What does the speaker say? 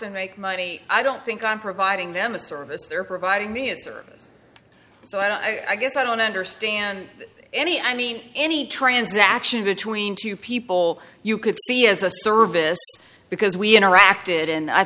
and make money i don't think i'm providing them a service they're providing me a service so i guess i don't understand any i mean any transaction between two people you could see as a service because we interacted and i